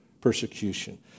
persecution